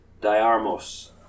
Diarmos